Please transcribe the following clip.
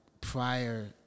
prior